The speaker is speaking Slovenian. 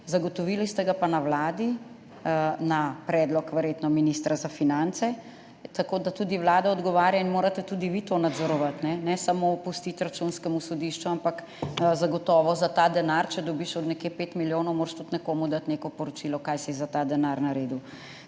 zagotovili ste ga pa na Vladi, verjetno na predlog ministra za finance. Tako da tudi vlada odgovarja in morate tudi vi to nadzorovati, ne samo pustiti Računskemu sodišču, ampak zagotovo za ta denar, če dobiš od nekje 5 milijonov, moraš tudi nekomu dati neko poročilo, kaj si za ta denar naredil.